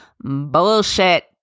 bullshit